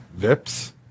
vips